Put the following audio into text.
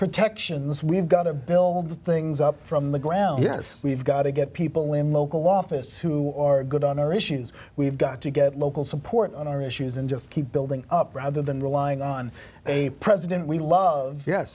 protections we've got a bill things up from the ground yes we've got to get people in local office who are good on our issues we've got to get local support on our issues and just keep building up rather than relying on a president we love yes